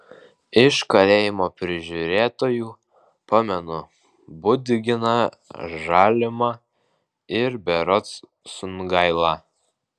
iš kalėjimo prižiūrėtojų pamenu budginą žalimą ir berods sungailą